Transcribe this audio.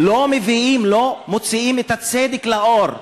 לא מביאים, לא מוציאים את הצדק לאור.